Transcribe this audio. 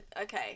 okay